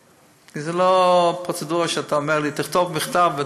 כי זה לא פרוצדורה שאתה אומר לי: תכתוב מכתב.